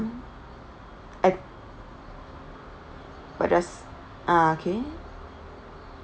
I was just ah okay